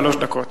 שלוש דקות.